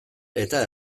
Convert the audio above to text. eta